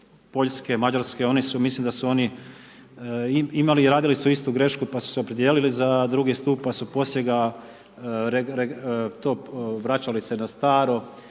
Poljske, Mađarske, one su mislim da su oni imali i radili su istu grešku pa su se opredijelili za drugi stup pa su poslije ga to vraćali se na staro,